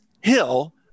hill